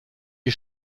die